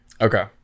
Okay